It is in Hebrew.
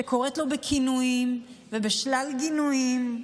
שקוראת לו בכינויים ובשלל גינויים,